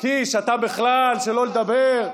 קיש, אתה בכלל, שלא לדבר.